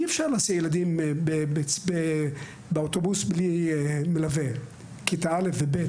אי אפשר להסיע באוטובוס ילדים בכיתה א' וב',